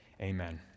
amen